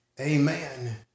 Amen